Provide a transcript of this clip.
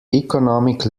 economic